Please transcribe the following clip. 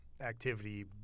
activity